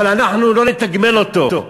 אבל אנחנו לא נתגמל אותו.